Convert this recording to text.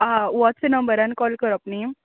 हा होच नंबरान कॉल करप न्ही